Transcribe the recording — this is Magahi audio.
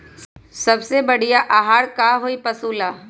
सबसे बढ़िया आहार का होई पशु ला?